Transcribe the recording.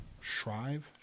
Shrive